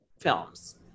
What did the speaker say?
films